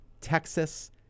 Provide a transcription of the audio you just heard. Texas